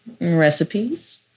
recipes